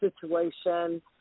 situation